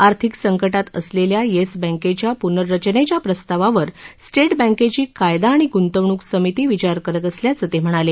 आर्थिक संकटात असलेल्या येस बँकेच्या पूर्नरचनेच्या प्रस्तावावर स्टेट बँकेची कायदा आणि ग्तंवणूक समिती विचार करत असल्याचं ते म्हणाले